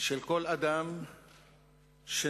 של כל אדם שנמנה